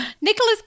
Nicholas